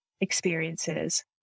experiences